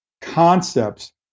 concepts